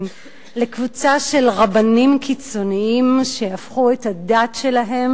לקבוצה של רבנים קיצונים שהפכו את הדת שלהם